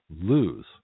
lose